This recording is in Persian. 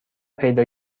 پیدا